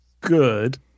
good